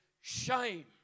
shame